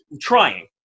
trying